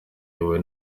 iyobowe